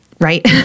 right